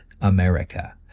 America